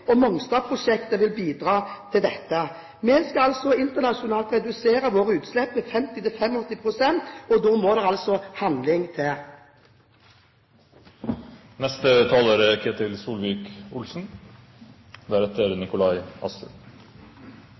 vil bidra til dette. Vi skal internasjonalt redusere våre utslipp med 50–85 pst. Da må det handling til.